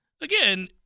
Again